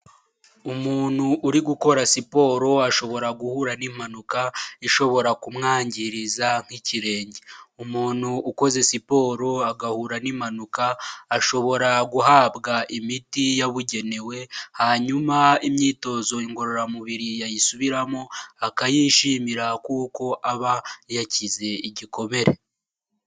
Umuntu uri gukora siporo ashobora guhura n'impanuka ishobora kumwangiriza nk'ikirenge . Umuntu ukoze siporo ashobora agahura n'impanuka ashobora guhabwa imiti yabugenewe hanyuma imyitozo ngororamubiri yayisubiramo akayishimira kuko aba yakize igikomere.